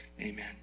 amen